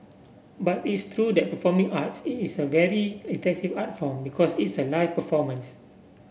but it's true that performing arts it is a very intensive art form because it's a live performance